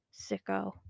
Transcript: sicko